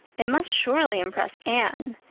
it must surely impress anne.